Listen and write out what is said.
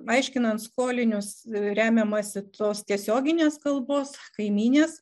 aiškinant skolinius remiamasi tos tiesioginės kalbos kaimynės